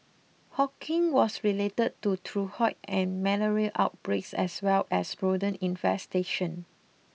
Hawking was related to typhoid and malaria outbreaks as well as rodent infestation